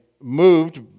moved